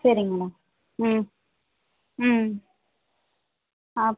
சரிங்க மேடம் உம் உம் ஆ